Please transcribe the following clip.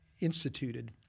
instituted